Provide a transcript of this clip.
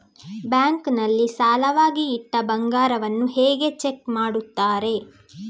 Bank ನಲ್ಲಿ ಸಾಲವಾಗಿ ಇಟ್ಟ ಬಂಗಾರವನ್ನು ಹೇಗೆ ಚೆಕ್ ಮಾಡುತ್ತಾರೆ?